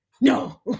no